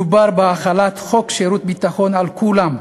מדובר בהחלת חוק שירות ביטחון על כולם.